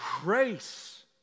grace